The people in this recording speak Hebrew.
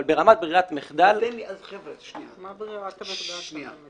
אבל ברמת ברירת מחדל --- מה ברירת המחדל שאתה מציע?